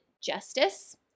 justice